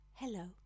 Hello